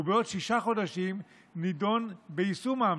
ובעוד שישה חודשים נדון ביישום ההמלצות.